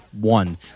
one